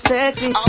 sexy